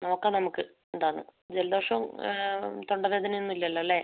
നോക്കാം നമുക്ക് എന്താണെന്ന് ജലദോഷവും തൊണ്ട വേദനയൊന്നുമില്ലല്ലോ അല്ലെ